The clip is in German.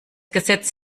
gesetz